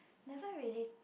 never really